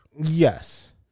Yes